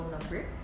number